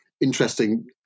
interesting